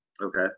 okay